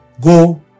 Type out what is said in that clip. Go